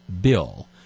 bill